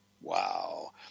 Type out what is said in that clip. Wow